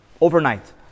overnight